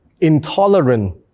intolerant